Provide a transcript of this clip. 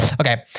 Okay